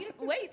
wait